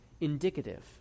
Indicative